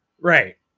right